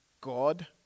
God